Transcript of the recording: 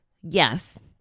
Yes